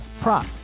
prop